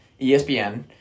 ESPN